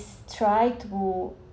try to